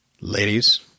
ladies